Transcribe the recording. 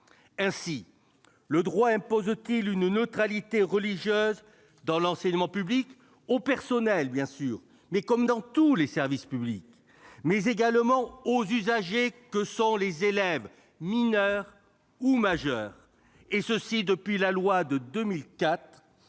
Ainsi le droit impose-t-il une neutralité religieuse dans l'enseignement public aux personnels, comme dans tous les services publics, mais également aux usagers que sont les élèves, mineurs ou majeurs, depuis la loi de 2004,